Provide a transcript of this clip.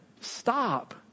Stop